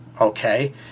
okay